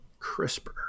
CRISPR